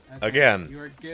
again